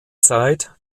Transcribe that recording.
zeit